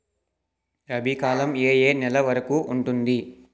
రబీ కాలం ఏ ఏ నెల వరికి ఉంటుంది?